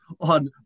on